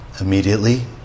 Immediately